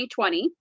2020